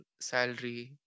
salary